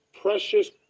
precious